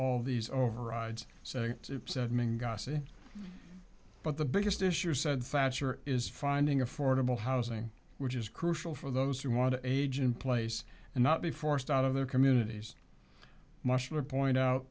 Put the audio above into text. all these overrides so but the biggest issue said satcher is finding affordable housing which is crucial for those who want to age in place and not be forced out of their communities musher point out